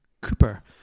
Cooper